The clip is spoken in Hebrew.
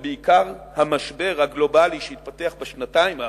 ובעיקר המשבר הגלובלי שהתפתח בשנתיים האחרונות,